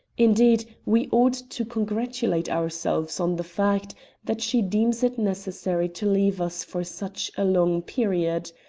indeed, we ought to congratulate ourselves on the fact that she deems it necessary to leave us for such a long period.